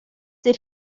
did